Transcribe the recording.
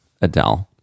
Adele